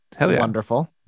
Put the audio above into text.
wonderful